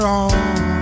on